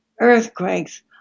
earthquakes